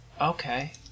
Okay